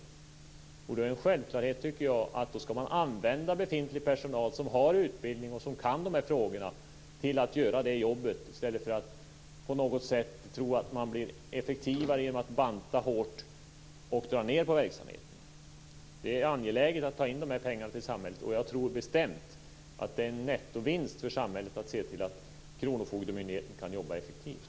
Då tycker jag att det är en självklarhet att använda befintlig personal, som har utbildning och som kan de här frågorna, till att göra det jobbet i stället för att tro att man blir effektivare genom att banta hårt och dra ned på verksamheten. Det är angeläget att dra in de här pengarna till samhället, och jag tror bestämt att det är en nettovinst för samhället att se till att kronofogdemyndigheten kan jobba effektivt.